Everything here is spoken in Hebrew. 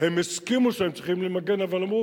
הם הסכימו שהם צריכים למגן, אבל אמרו